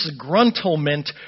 disgruntlement